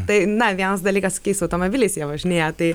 tai na vienas dalykas kai su automobiliais jie važinėja tai